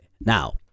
Now